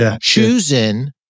choosing